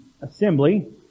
Assembly